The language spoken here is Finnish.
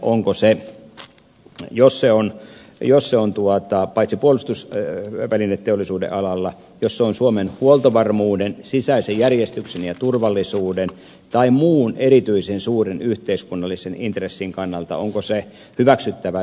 onko jos se yritys on puolustusvälineteollisuuden alalla jos se on tuottaa paitsi puolustusta ja työvälineteollisuuden alalla jossa tärkeä suomen huoltovarmuuden sisäisen järjestyksen ja turvallisuuden tai muun erityisen suuren yhteiskunnallisen intressin kannalta se osto hyväksyttävää vai ei